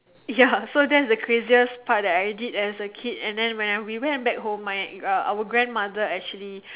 ya so that's the craziest part that I did as a kid and then when I we went back home my our grandmother actually